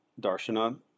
darshana